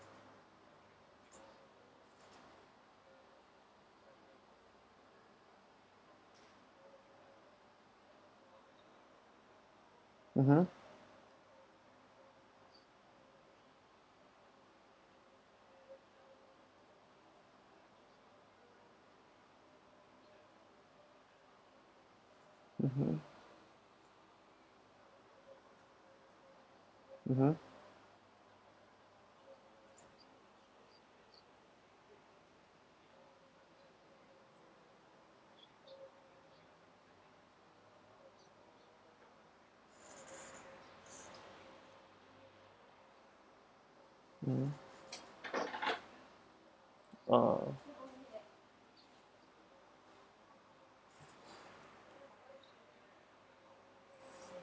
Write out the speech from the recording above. mmhmm mmhmm ah